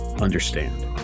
understand